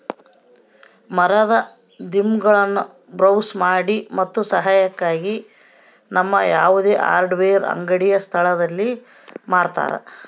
ಮರದ ದಿಮ್ಮಿಗುಳ್ನ ಬ್ರೌಸ್ ಮಾಡಿ ಮತ್ತು ಸಹಾಯಕ್ಕಾಗಿ ನಮ್ಮ ಯಾವುದೇ ಹಾರ್ಡ್ವೇರ್ ಅಂಗಡಿಯ ಸ್ಥಳದಲ್ಲಿ ಮಾರತರ